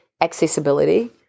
accessibility